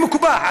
אני מקופח.